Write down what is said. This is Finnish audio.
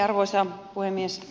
arvoisa puhemies